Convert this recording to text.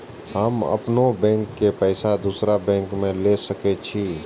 हम अपनों बैंक के पैसा दुसरा बैंक में ले सके छी?